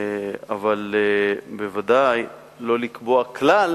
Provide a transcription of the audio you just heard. אבל בוודאי לא לקבוע כלל